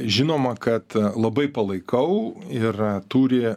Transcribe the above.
žinoma kad labai palaikau ir turi